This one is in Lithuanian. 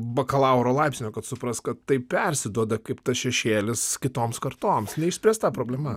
bakalauro laipsnio kad suprast kad tai persiduoda kaip tas šešėlis kitom kartom neišspręsta problema